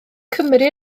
cymru